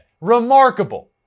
Remarkable